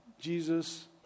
Jesus